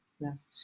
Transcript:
yes